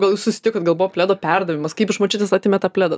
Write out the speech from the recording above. gal jūs susitikot gal buvo pledo perdavimas kaip iš močiutės atėmėt tą pledą